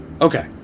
Okay